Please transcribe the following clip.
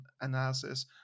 analysis